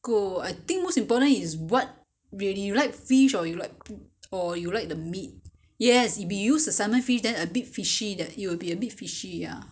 g~ oh I think most important is what you like fish or you like or you like the meat yes if you used the salmon fish then a bit fishy that it will be a bit fishy ya